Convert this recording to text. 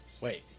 Wait